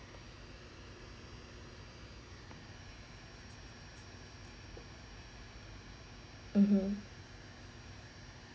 (uh huh)